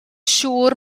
siŵr